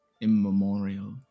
immemorial